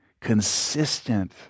consistent